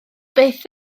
byth